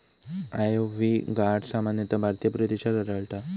ivy gourd सामान्यतः भारतीय प्रदेशात आढळता